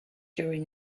during